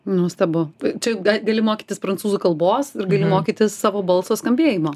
nuostabu čia ga gali mokytis prancūzų kalbos ir gali mokytis savo balso skambėjimo